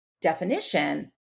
definition